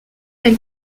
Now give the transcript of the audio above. elle